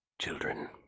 children